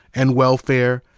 and welfare,